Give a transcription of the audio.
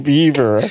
Beaver